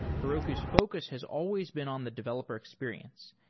heroku's focus has always been on the developer experience,